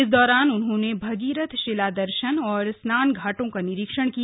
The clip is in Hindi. इस दौरान उन्होंने भगीरथ शिला दर्शन और स्नान घाटों का निरीक्षण किया